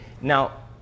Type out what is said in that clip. Now